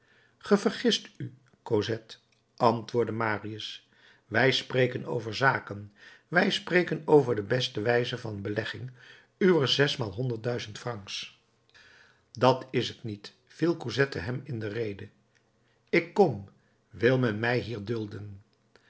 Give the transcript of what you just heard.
ge vergist u cosette antwoordde marius wij spreken over zaken wij spreken over de beste wijze van belegging uwer zesmaal honderd duizend francs dat is het niet viel cosette hem in de rede ik kom wil men mij hier dulden